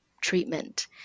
treatment